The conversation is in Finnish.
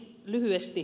lyhyesti